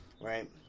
right